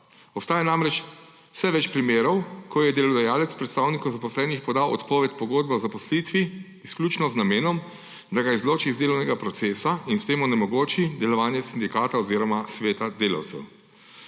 Obstaja namreč vse več primerov, ko je delodajalec predstavniku zaposlenih podal odpoved pogodbe o zaposlitvi izključno z namenom, da ga izloči iz delovnega procesa in s tem onemogoči delovanje sindikata oziroma sveta delavcev.